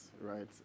right